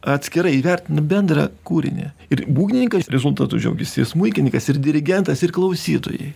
atskirai įvertina bendrą kūrinį ir būgnininkas rezultatu džiaugiasi ir smuikininkas ir dirigentas ir klausytojai